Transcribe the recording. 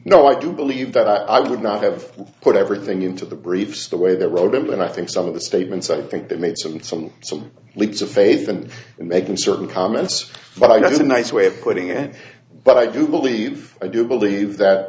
no i do believe that i would not have put everything into the briefs the way the road and i think some of the statements i think that made some some some leaps of faith and in making certain comments but i know it's a nice way of putting it but i do believe i do believe that